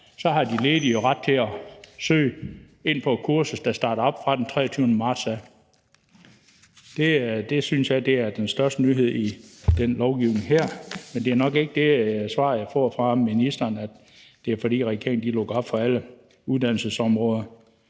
så har ret til at søge ind på et kursus, der starter op fra den 23. marts af. Det synes jeg er den største nyhed i den lovgivning her, men det er nok ikke det svar, jeg får fra ministeren, altså at det er, fordi regeringen lukker op på alle uddannelsesområder,